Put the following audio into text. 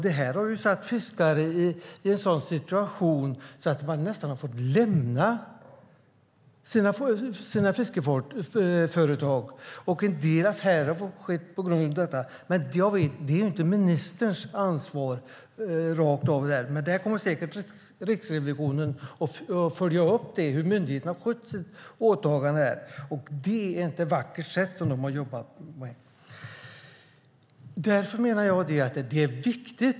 Det här har försatt fiskare i en sådan situation att de nästan har fått lämna sina fiskeföretag, och det har skett en del affärer på grund av detta. Jag vet att det inte är ministerns ansvar rakt av, men Riksrevisionen kommer säkert att följa upp hur myndigheterna har skött sitt åtagande. Det är inte ett vackert sätt som de har jobbat på.